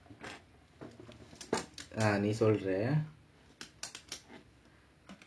ah நீ சொல்லுறே:nee sollurae